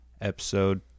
episode